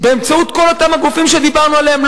באמצעות כל אותם הגופים שדיברנו עליהם,